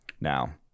Now